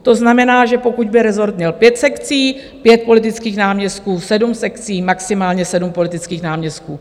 To znamená, že pokud by rezort měl pět sekcí, pět politických náměstků, sedm sekcí, maximálně sedm politických náměstků.